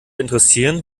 interessieren